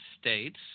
states